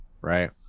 right